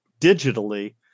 digitally